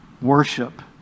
worship